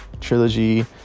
trilogy